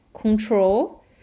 control